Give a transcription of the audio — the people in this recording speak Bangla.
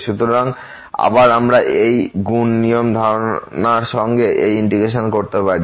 সুতরাং আবার আমরা এই গুণ নিয়ম ধারণা্র সঙ্গে এই ইন্টিগ্রেশন করতে পারি